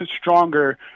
stronger